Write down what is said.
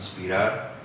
inspirar